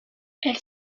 elle